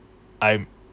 I'm